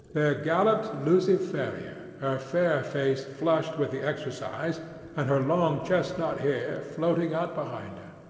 there galloped lucy ferrier, her fair face flushed with the exercise and her long chestnut hair floating out behind her.